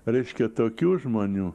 reiškia tokių žmonių